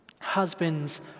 Husbands